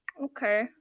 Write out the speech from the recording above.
okay